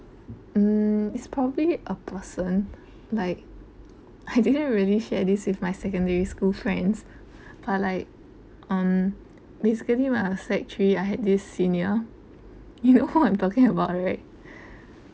mm it's probably a person like I didn't really share this with my secondary school friends but like um basically when I was sec three I had this senior you know who i'm talking about right